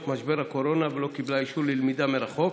משבר הקורונה ולא קיבלה אישור ללמידה מרחוק.